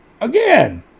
Again